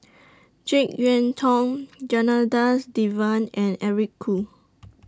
Jek Yeun Thong Janadas Devan and Eric Khoo